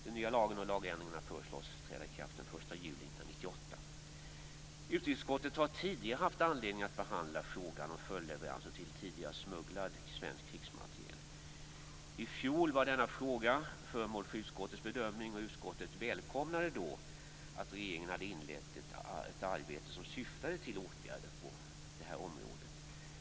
Den nya lagen och lagändringarna föreslås träda i kraft den Utrikesutskottet har tidigare haft anledning att behandla frågan om följdleveranser till tidigare smugglad svensk krigsmateriel. I fjol var denna fråga föremål för utskottets bedömning. Utskottet välkomnade då att regeringen hade inlett ett arbete som syftade till åtgärder på detta område.